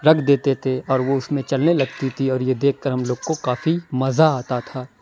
رکھ دیتے تھے اور وہ اُس میں چلنے لگتی تھی اور یہ دیکھ کر ہم لوگ کو کافی مزا آتا تھا